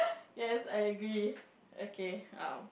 yes I agree okay um